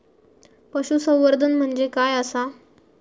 पशुसंवर्धन म्हणजे काय आसा?